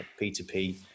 P2P